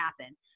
happen